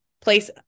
place